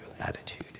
attitude